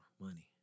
money